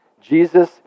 Jesus